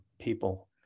people